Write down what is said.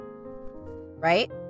Right